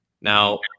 Now